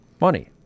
money